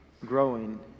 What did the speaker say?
growing